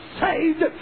saved